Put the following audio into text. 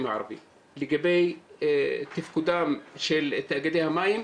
הערבים לגבי תפקודם של תאגידי המים,